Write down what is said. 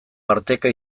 parteka